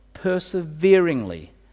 perseveringly